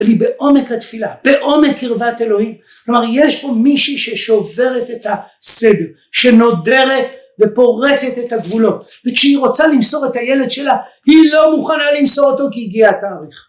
אבל היא בעומק התפילה, בעומק קרבת אלוהים. כלומר יש פה מישהי ששוברת את הסדר, שנודרת ופורצת את הגבולות וכשהיא רוצה למסור את הילד שלה - היא לא מוכנה למסור אותו כי הגיע התאריך